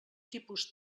tipus